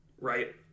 Right